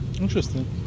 Interesting